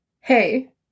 hey